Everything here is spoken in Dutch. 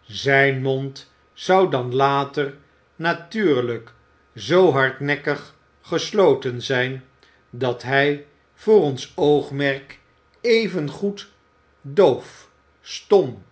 zijn mond zou dan later natuurlijk zoo hardnekkig gesloten zijn dat hij voor ons oogmerk evengoed doof stom